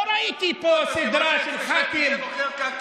לא ראיתי פה סדרה של ח"כים, אז למה, שמוכר קרקעות.